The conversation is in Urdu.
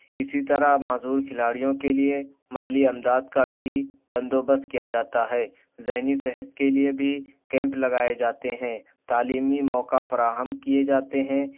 اسی طرح معذور کھلاڑیوں کے لیے مالی امداد کا بھی بندوبس کیا جاتا ہے ذہنی صحت کے لیے بھی کیمپ لگائے جاتے ہیں تعلیمی موقع فراہم کیے جاتے ہیں